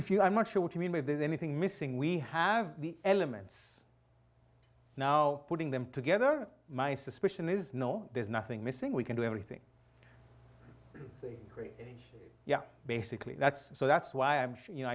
if you i'm not sure what you mean with this anything missing we have the elements now putting them together my suspicion is no there's nothing missing we can do everything a great age yeah basically that's so that's why i'm sure you know